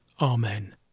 Amen